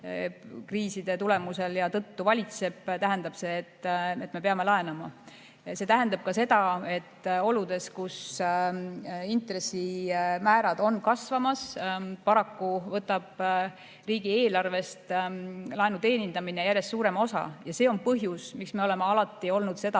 kriiside tõttu valitseb, tähendab see, et me peame laenama. See tähendab ka seda, et oludes, kus intressimäärad on kasvamas, võtab riigieelarvest laenu teenindamine paraku järjest suurema osa. Ja see on põhjus, miks me oleme alati olnud seda